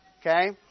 Okay